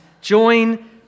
join